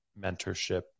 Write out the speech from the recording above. mentorship